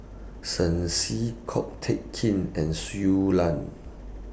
Shen Xi Ko Teck Kin and Shui Lan